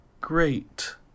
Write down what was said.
great